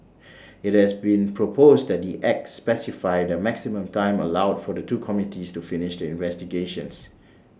IT has been proposed that the acts specify the maximum time allowed for the two committees to finish investigations